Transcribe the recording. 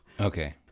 Okay